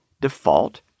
Default